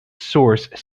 source